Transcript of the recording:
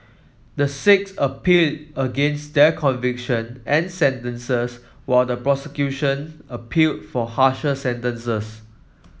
the six appealed against their conviction and sentences while the prosecution appealed for harsher sentences